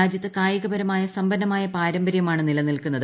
രാജ്യത്ത് കായികപരമായി സമ്പന്നമായ പാരമ്പരൃമാണ് നിലനിൽക്കുന്നത്